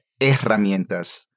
Herramientas